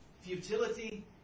Futility